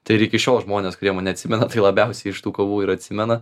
tai ir iki šiol žmonės kurie mane atsimena tai labiausiai iš tų kovų ir atsimena